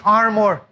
armor